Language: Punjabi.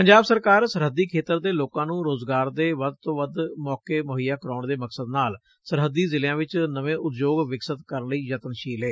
ਪੰਜਾਬ ਸਰਕਾਰ ਸਰਹੱਦੀ ਖੇਤਰ ਦੇ ਲੋਕਾਂ ਨੂੰ ਰੋਜ਼ਗਾਰ ਦੇ ਵੱਧ ਤੋਂ ਵੱਧ ਮੌਕੇ ਮੁਹੱਈਆ ਕਰਵਾਉਣ ਦੇ ਮਕਸਦ ਨਾਲ ਸਰਹੱਦੀ ਜ਼ਿਲਿਆਂ ਵਿੱਚ ਨਵੇਂ ਉਦਯੋਗ ਵਿਕਸਿਤ ਕਰਨ ਲਈ ਯਤਨਸ਼ੀਲ ਏ